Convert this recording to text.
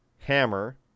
hammer